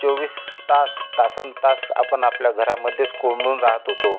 चोवीस तास तासनतास आपण आपल्या घरामध्येच कोंडून राहत होतो